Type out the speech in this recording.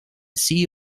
sea